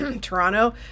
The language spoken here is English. Toronto